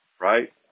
right